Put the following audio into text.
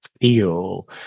feel